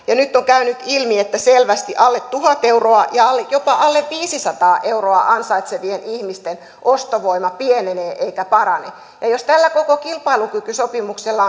ja nyt on käynyt ilmi että selvästi alle tuhat euroa ja jopa alle viisisataa euroa ansaitsevien ihmisten ostovoima pienenee eikä parane jos tällä koko kilpailukykysopimuksella